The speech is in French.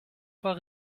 pas